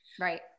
Right